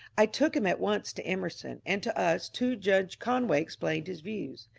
i took him at once to emerson, and to us two judge conway explained his views.